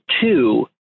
two